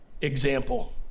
example